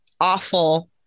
awful